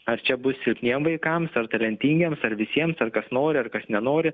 aš čia bus silpniems vaikams ar talentingiems ar visiems ar kas nori ar kas nenori